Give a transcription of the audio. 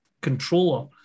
controller